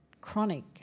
chronic